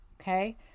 Okay